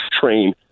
train